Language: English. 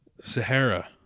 Sahara